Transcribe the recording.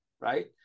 right